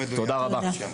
זה לא מדויק.